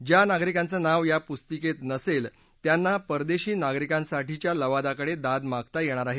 ज्या नागरिकांचे नाव या पुस्तिकेत नसेल त्यांना परदेशी नागरिकांसाठीच्या लवादाकडे दाद मागता येणार आहे